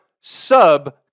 sub